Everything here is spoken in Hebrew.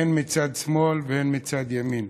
הן מצד שמאל והן מצד ימין.